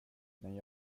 men